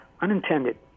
unintended